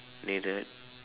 needed